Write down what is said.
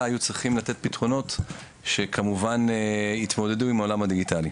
היו צריכים לתת פתרונות שכמובן יתמודדו עם העולם הדיגיטלי.